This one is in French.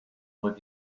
vraie